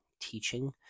teaching